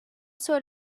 sort